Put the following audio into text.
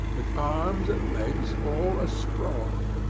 with arms and legs all asprawl.